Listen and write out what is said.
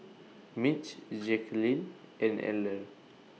Mitch Jacqulyn and Eller